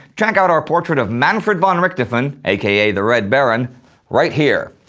check out our portrait of manfred von richthofen aka the red baron right here.